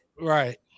Right